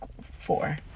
four